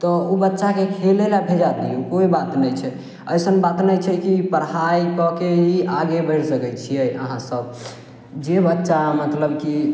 तऽ उ बच्चाके खेलय लए भेजा दियौ कोइ बात नहि छै एसन बात नहि छै की पढ़ाइ कऽ के ही आगे बढ़ि सकय छियै अहाँ सब जे बच्चा मतलब की